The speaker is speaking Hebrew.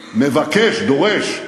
מבקש, דורש,